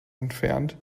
entfernt